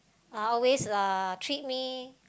uh always uh treat me